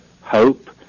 hope